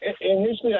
Initially